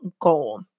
Goal